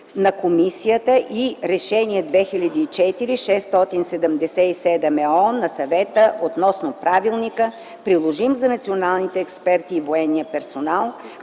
на Комисията, и на Решение 2004/677/ЕО на Съвета относно Правилника, приложим за националните експерти и военния персонал,